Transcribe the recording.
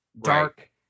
dark